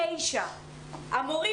אני